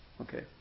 okay